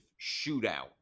shootout